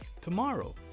tomorrow